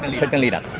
and certainly not.